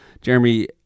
Jeremy